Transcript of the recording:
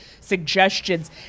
suggestions